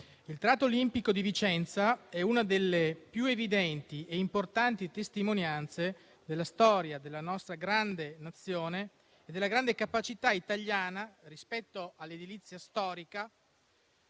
il Teatro Olimpico di Vicenza è una delle più evidenti e importanti testimonianze della storia della nostra grande Nazione e della grande capacità italiana rispetto all'edilizia storica